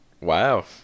Wow